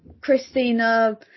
Christina